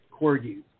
Corgi